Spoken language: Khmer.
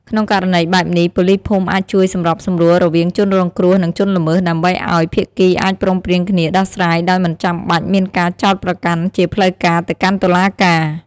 ក្នុងករណីបែបនេះ ប៉ូលីសភូមិអាចជួយសម្របសម្រួលរវាងជនរងគ្រោះ និងជនល្មើស ដើម្បីឱ្យ ភាគីអាចព្រមព្រៀងគ្នាដោះស្រាយដោយមិនចាំបាច់មានការចោទប្រកាន់ជាផ្លូវការ ទៅកាន់តុលាការ។